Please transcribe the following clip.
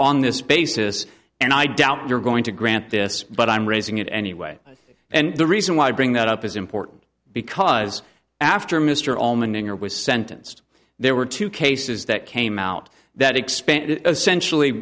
on this basis and i doubt you're going to grant this but i'm raising it anyway and the reason why i bring that up is important because after mr allman manner was sentenced there were two cases that came out that expanded essentially